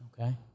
Okay